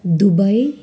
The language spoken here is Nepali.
दुबई